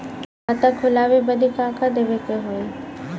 खाता खोलावे बदी का का देवे के होइ?